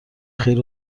خیر